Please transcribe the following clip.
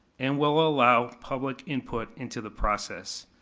and will allow public input into the process.